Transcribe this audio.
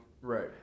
Right